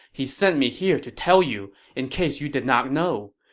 he sent me here to tell you, in case you did not know.